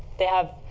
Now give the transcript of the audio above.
they have,